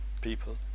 people